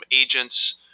agents